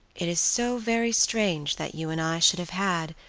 it is so very strange that you and i should have had,